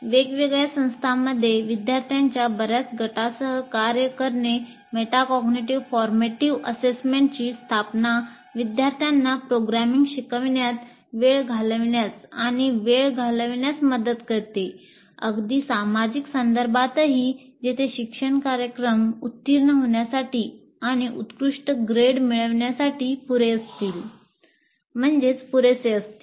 वेगवेगळ्या संस्थांमध्ये विद्यार्थ्यांच्या बर्याच गटांसह कार्य करणे मेटाकॉग्निटिव्ह फॉर्मेटिव्ह असेसमेंटची मिळविण्यासाठी पुरेसे असतील